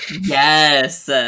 Yes